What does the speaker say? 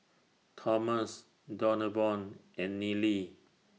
Thomas Donavon and Neely